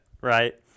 Right